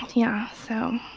yeah ah so,